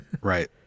Right